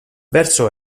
verso